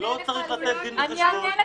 שלא צריך לתת דין וחשבון,